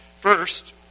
First